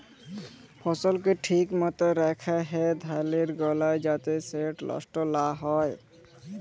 ফসলকে ঠিক মত রাখ্যা হ্যয় ধালের গলায় যাতে সেট লষ্ট লা হ্যয়